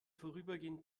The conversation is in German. vorübergehend